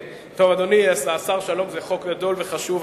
אדוני השר שלום, זה חוק גדול וחשוב.